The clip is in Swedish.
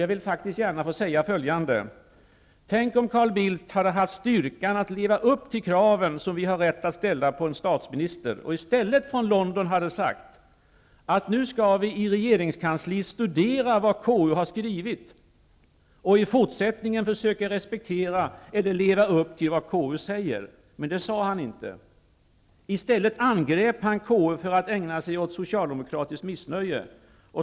Jag vill gärna få säga följande: Tänk om Carl Bildt hade haft styrkan att leva upp till de krav som vi har rätt att ställa på en statsminister och i stället från London sagt att nu skall vi i regeringskansliet studera vad KU har skrivit och i fortsättningen försöka respektera eller leva upp till vad KU säger. Men det sade han inte; i stället angrep han KU för att ägna sig åt socialdemokratiskt missnöje.